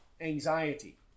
anxiety